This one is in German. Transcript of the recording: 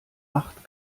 acht